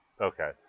Okay